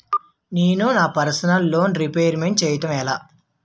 నేను నా personal loan repayment చేయాలంటే ఎలా?